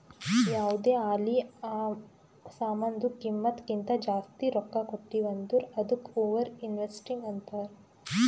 ಯಾವ್ದೇ ಆಲಿ ಆ ಸಾಮಾನ್ದು ಕಿಮ್ಮತ್ ಕಿಂತಾ ಜಾಸ್ತಿ ರೊಕ್ಕಾ ಕೊಟ್ಟಿವ್ ಅಂದುರ್ ಅದ್ದುಕ ಓವರ್ ಇನ್ವೆಸ್ಟಿಂಗ್ ಅಂತಾರ್